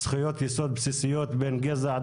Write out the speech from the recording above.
זכויות יסוד בסיסיות בין גזע,